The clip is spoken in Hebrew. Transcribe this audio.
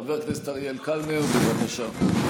חבר הכנסת אריאל קלנר, בבקשה.